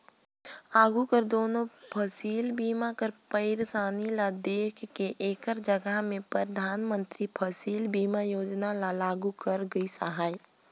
आघु कर दुनो फसिल बीमा कर पइरसानी ल देख के एकर जगहा में परधानमंतरी फसिल बीमा योजना ल लागू करल गइस अहे